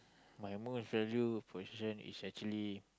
my valued possession is actually